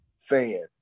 fan